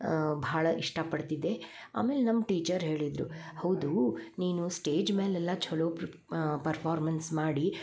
ಭಾಳ ಇಷ್ಟ ಪಡ್ತಿದ್ದೆ ಆಮೇಲೆ ನಮ್ಮ ಟೀಚರ್ ಹೇಳಿದ್ದರು ಹೌದು ನೀನು ಸ್ಟೇಜ್ ಮೇಲೆಲ್ಲ ಛಲೋ ಪ್ರಿ ಪರ್ಫಾರ್ಮೆನ್ಸ್ ಮಾಡಿ